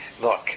look